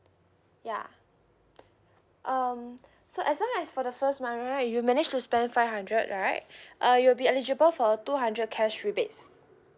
ya um so as long as for the first month right you manage to spend five hundred right uh you'll be eligible for a two hundred cash rebates